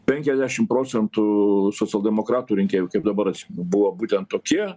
penkiasdešim procentų socialdemokratų rinkėjų kaip dabar buvo būtent tokie